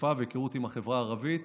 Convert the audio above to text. חשיפה והיכרות עם החברה הערבית.